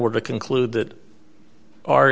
were to conclude that ar